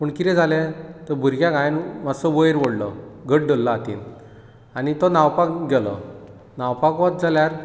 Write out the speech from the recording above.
पूण कितें जालें त्या भुरग्याक हांवें मातसो वयर ओडलो घट्ट धरलो हातीक आनी तो न्हावपाक गेलो न्हावपाक वच जाल्यार